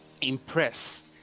impress